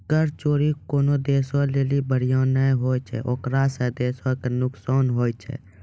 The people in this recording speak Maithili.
कर चोरी कोनो देशो लेली बढ़िया नै होय छै ओकरा से देशो के नुकसान होय छै